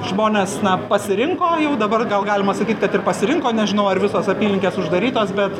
žmonės na pasirinko jau dabar gal galima sakyt kad ir pasirinko nežinau ar visos apylinkės uždarytos bet